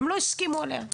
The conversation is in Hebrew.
הם לא הסכימו עליה.